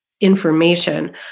information